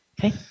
Okay